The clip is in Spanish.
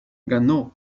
ganó